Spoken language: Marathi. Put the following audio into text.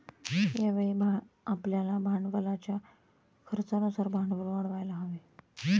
यावेळी आपल्याला भांडवलाच्या खर्चानुसार भांडवल वाढवायला हवे